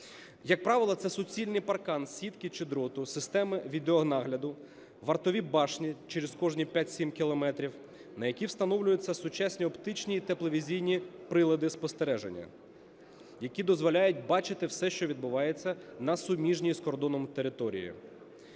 Як правило, це суцільний паркан сітки чи дроту з системою відеонагляду, вартові башні через кожні 5-7 кілометрів, на які встановлюються сучасні оптичні і тепловізійні прилади спостереження, які дозволяють бачити все, що відбувається на суміжній з кордоном території.